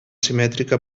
simètrica